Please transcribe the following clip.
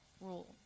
rule